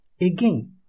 Again